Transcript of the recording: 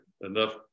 enough